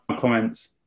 comments